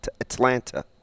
atlanta